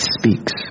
Speaks